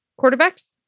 Quarterbacks